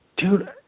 Dude